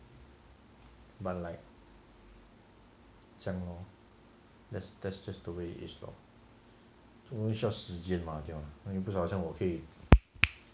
but like 讲 lor that's just the way it is lor 做东西需要时间 mah 对吗不是好像我可以